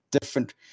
different –